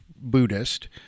Buddhist